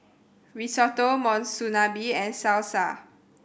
Risotto Monsunabe and Salsa